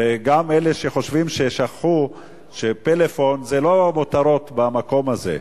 וגם אלה שחושבים ששכחו שפלאפון זה לא מותרות במקום הזה.